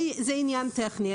זה עניין טכני.